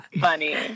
funny